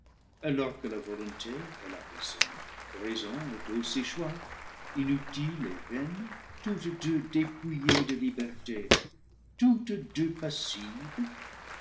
alors que la volonté et la raison raison est aussi choix inutiles et vaines toutes deux dépouillées de liberté toutes deux passives